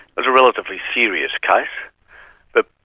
was a relatively serious case but,